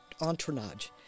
entourage